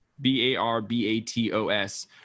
b-a-r-b-a-t-o-s